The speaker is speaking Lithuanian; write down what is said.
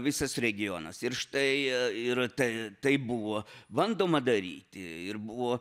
visas regionas ir štai yra tai taip buvo bandoma daryti ir buvo